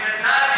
אני ידעתי,